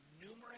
numerous